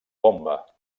bomba